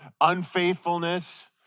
unfaithfulness